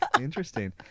interesting